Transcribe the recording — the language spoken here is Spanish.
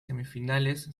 semifinales